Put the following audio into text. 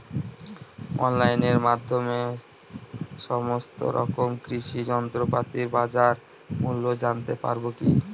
অনলাইনের মাধ্যমে সমস্ত রকম কৃষি যন্ত্রপাতির বাজার মূল্য জানতে পারবো কি?